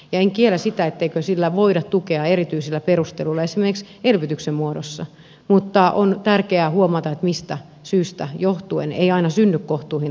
en kiellä sitä etteikö sillä voida tukea erityisillä perusteluilla esimerkiksi elvytyksen muodossa mutta on tärkeää huomata mistä syystä johtuen ei aina synny kohtuuhintaista asuntotuotantoa